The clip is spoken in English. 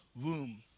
womb